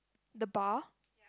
the bar